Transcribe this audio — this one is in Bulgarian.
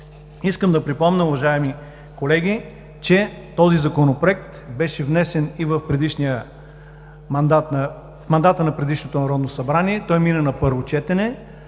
Искам да припомня, уважаеми колеги, че този Законопроект беше внесен и в мандата на предишното Народно събрание. Мина на първо четене,